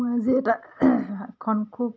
মই আজি এটা এখন খুব